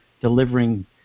delivering